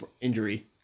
injury